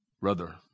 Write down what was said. Brother